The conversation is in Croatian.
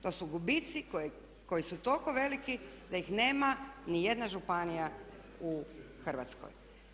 To su gubici koji su toliko veliki da ih nema ni jedna županija u Hrvatskoj.